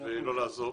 ולא לעזוב.